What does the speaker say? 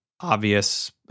obvious